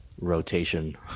rotation